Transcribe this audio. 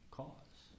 cause